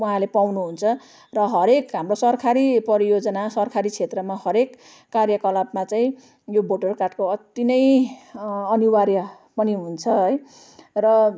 उहाँले पाउनुहुन्छ र हरेक हाम्रो सरकारी परियोजना सरकारी क्षेत्रमा हरेक कार्यकलापमा चाहिँ यो भोटर कार्डको अति नै अनिवार्य पनि हुन्छ है र